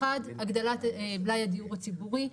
אחד הגדלת מלאי הדיור הציבורי,